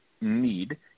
need